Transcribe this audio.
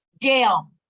gail